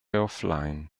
offline